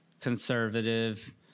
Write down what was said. conservative